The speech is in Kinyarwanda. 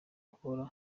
guhora